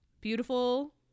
beautiful